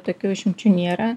tokių išimčių nėra